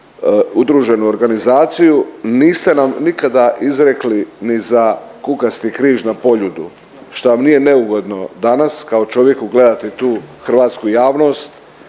udruženu organizaciju, niste nam nikada izrekli ni za kukasti križ na Poljudu, šta vam nije neugodno danas kao čovjeku gledat tu hrvatsku javnost,